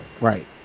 Right